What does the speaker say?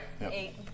Eight